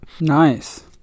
Nice